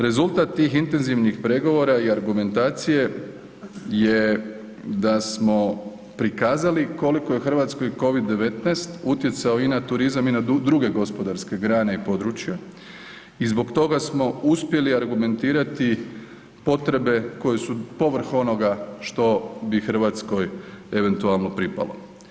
Rezultat tih intenzivnih pregovora i argumentacije je da smo prikazali koliko je RH Covid-19 utjecao i na turizam i na druge gospodarske grane i područja i zbog toga smo uspjeli argumentirati potrebe koje su povrh onoga što bi RH eventualno pripalo.